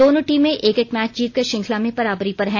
दोनों टीमें एक एक मैच जीतकर श्रृंखला में बराबरी पर हैं